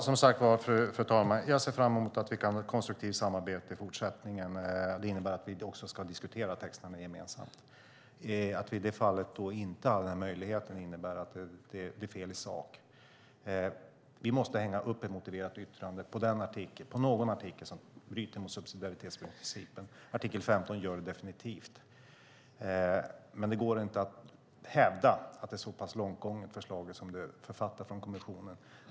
Fru talman! Jag ser fram emot ett konstruktivt samarbete i fortsättningen. Det innebär att vi ska diskutera texterna gemensamt. Att vi i det här fallet inte använder möjligheten innebär att förslaget är fel i sak. Vi måste hänga upp ett motiverat yttrande på någon artikel som bryter mot subsidiaritetsprincipen. Artikel 15 gör det definitivt. Det går inte att hävda något sådant i ett så pass långt gånget förslag från kommissionen.